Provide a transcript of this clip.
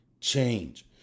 change